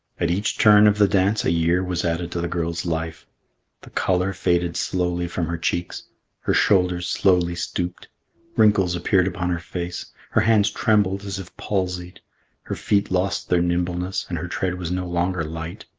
at each turn of the dance, a year was added to the girl's life the colour faded slowly from her cheeks her shoulders slowly stooped wrinkles appeared upon her face her hands trembled as if palsied her feet lost their nimbleness and her tread was no longer light.